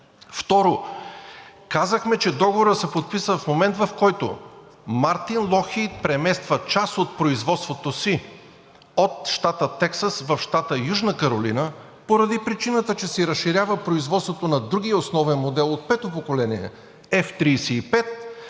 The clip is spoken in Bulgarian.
Второ, казахме, че договорът се подписва в момент, в който Lockheed Martin премества част от производството си от щата Тексас в щата Южна Каролина поради причината, че си разширява производството на другия основен модел от пето поколение F-35